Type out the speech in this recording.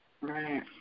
Right